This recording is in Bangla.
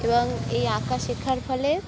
এবং এই আঁকা শেখার ফলে